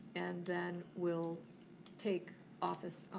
and then we'll take office,